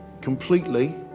completely